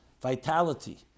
vitality